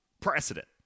precedent